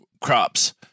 crops